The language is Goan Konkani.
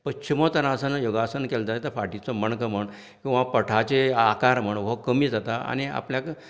पछ्युमोतानासन योगासन केलें जाल्यार फाटिचो मणको म्हण वा पोटाचो आकार म्हण हो कमी जाता आनी आपल्याक